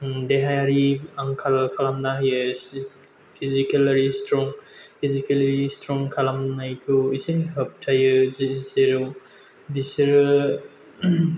देहायारि आंखाल खालामना होयो फिजिकेल आरि स्ट्रं फिजिकेलि स्ट्रं खालामनायखौ एसे होब्थायो जेराव बिसोरो